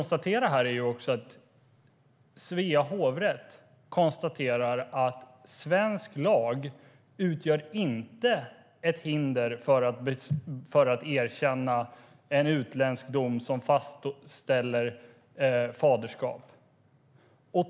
Svea hovrätt konstaterar att svensk lag inte utgör ett hinder för att en utländsk dom som fastställer faderskap ska erkännas.